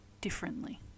differently